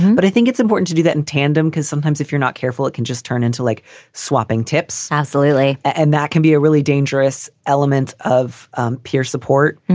but i think it's important to do that in tandem because sometimes if you're not careful, it can just turn into like swapping tips. absolutely. and that can be a really dangerous element of peer support.